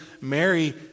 Mary